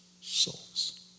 souls